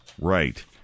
Right